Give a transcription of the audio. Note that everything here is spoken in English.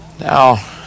now